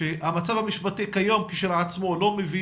שהמצב המשפטי כיום כשלעצמו לא מביא